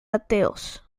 ateos